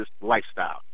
lifestyle